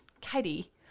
Katie